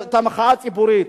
את המחאה הציבורית,